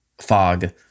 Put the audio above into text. FOG